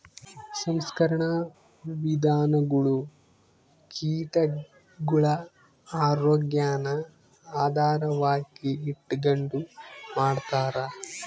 ಸಂಸ್ಕರಣಾ ವಿಧಾನಗುಳು ಕೀಟಗುಳ ಆರೋಗ್ಯಾನ ಆಧಾರವಾಗಿ ಇಟಗಂಡು ಮಾಡ್ತಾರ